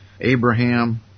Abraham